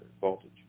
voltage